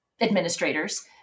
administrators